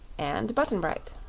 and button-bright.